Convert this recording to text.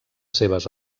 seves